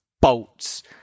bolts